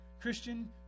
Christian